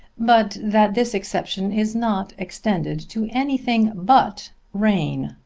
but that this exception is not extended to anything but rain.